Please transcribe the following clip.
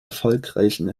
erfolgreichen